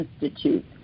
Institute